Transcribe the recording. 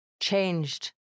changed